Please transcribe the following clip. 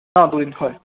অঁ হয়